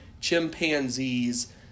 chimpanzees